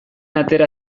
atera